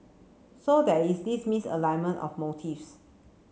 so there is this misalignment of motives